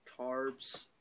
carbs